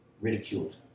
ridiculed